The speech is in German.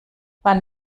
wann